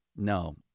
No